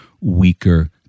weaker